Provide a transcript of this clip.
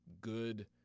good